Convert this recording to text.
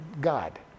God